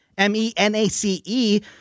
M-E-N-A-C-E